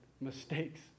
mistakes